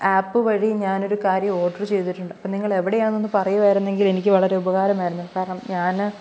app വഴി ഞാനൊരു കാര്യം ഓഡര് ചെയ്തിട്ടുണ്ട് അപ്പോള് നിങ്ങൾ എവിടെയാന്നൊന്ന് പറയുമായിരുന്നെങ്കിൽ എനിക്ക് വളരെ ഉപകാരമായിരുന്നു കാരണം ഞാന്